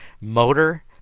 Motor